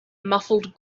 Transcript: muffled